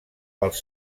pels